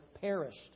perished